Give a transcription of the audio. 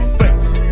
face